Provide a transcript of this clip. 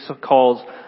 calls